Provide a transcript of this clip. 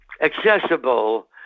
accessible